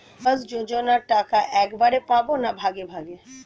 আবাস যোজনা টাকা একবারে পাব না ভাগে ভাগে?